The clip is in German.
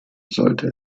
sollte